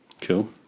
Cool